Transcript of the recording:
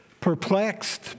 perplexed